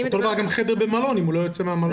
אותו דבר גם חדר במלון, אם הוא לא יוצא מהמלון.